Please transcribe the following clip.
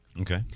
Okay